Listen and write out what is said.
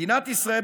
מדינת ישראל,